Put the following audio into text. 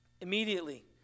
Immediately